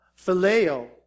phileo